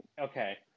Okay